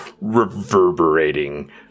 reverberating